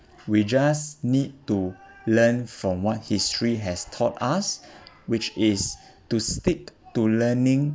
we just need to learn from what history has taught us which is to stick to learning